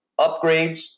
upgrades